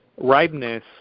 ripeness